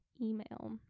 email